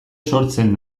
sortzen